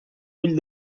ull